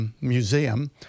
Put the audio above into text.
museum